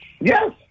Yes